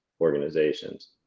organizations